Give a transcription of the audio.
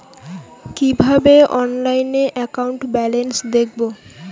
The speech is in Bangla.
কিভাবে অনলাইনে একাউন্ট ব্যালেন্স দেখবো?